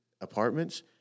apartments